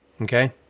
Okay